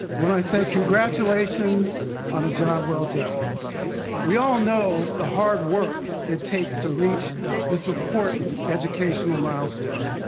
when i say, congratulations on a job well done we all know the hard work it takes, to reach this, important educational milestone.